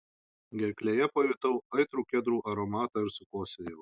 gerklėje pajutau aitrų kedrų aromatą ir sukosėjau